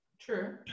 True